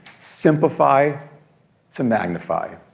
simplify to magnify.